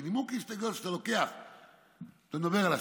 כי נימוק ההסתייגויות זה כשאתה מדבר על הסעיף,